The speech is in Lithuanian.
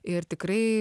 ir tikrai